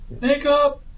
Makeup